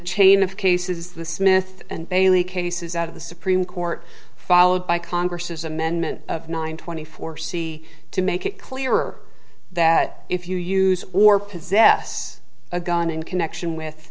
chain of cases the smith and bailey cases out of the supreme court followed by congress's amendment nine twenty four c to make it clearer that if you use or possess a gun in connection